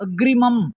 अग्रिमम्